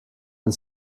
den